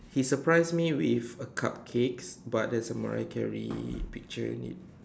he surprise me with a cupcake but there's a Mariah-Carey picture in it